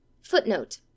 Footnote